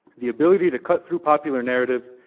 the ability to cut through popular narratives,